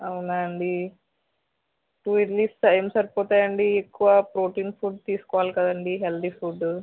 అవునా అండి టూ ఇడ్లీస్ ఏం సరిపోతాయండి ఎక్కువ ప్రోటీన్ ఫుడ్ తీసుకోవాలి కదండి హెల్దీ ఫుడ్డు